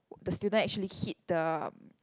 the student actually hit the